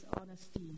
honesty